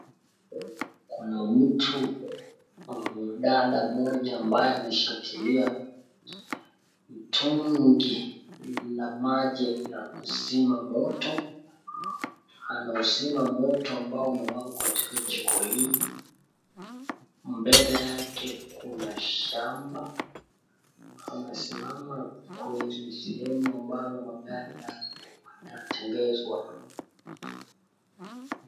Kuna mtu, mwanadada mmoja ambaye ameshikilia mtungi la maji la kuzima moto, nauzima moto ambao umewaka katika jiko hili, mbele yake kuna shamba, amesimama kwenye sehemu ambayo magari yametengezwa.